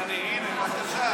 באת.